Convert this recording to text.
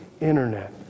internet